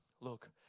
Look